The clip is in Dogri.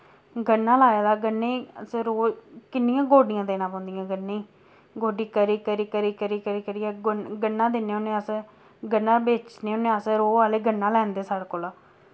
गन्ना लाए दा गन्ने असैं रोज किन्नियां गोड्डियां देना पोंदियां गन्ने गोड्डी करी करी करी करी करी करियै गुन गन्ना दिन्ने होने अस गन्ना बेचने होने अस रौ आह्ले गन्ना लैंदे साढ़े कोला